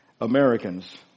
Americans